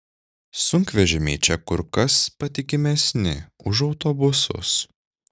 sunkvežimiai čia kur kas patikimesni už autobusus